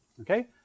okay